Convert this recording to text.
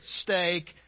stake